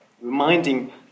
Reminding